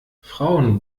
frauen